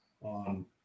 on